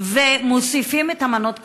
ומוסיפים את המנות,